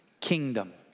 kingdom